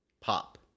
pop